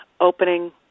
opening